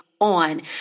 on